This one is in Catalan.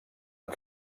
han